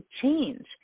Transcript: change